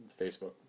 Facebook